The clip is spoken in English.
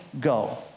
go